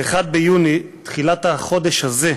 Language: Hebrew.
ב-1 ביוני, תחילת החודש הזה,